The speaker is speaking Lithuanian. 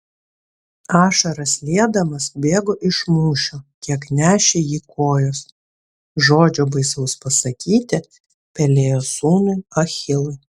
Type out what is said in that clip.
ašaras liedamas bėgo iš mūšio kiek nešė jį kojos žodžio baisaus pasakyti pelėjo sūnui achilui